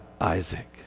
Isaac